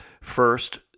first